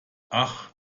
ach